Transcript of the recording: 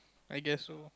I guess so